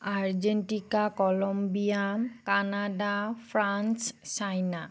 Argentina Colombia Canada France China